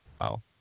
wow